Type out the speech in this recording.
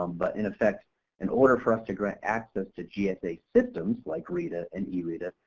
um but in effect in order for us to grant access to gsa systems like reta and ereta,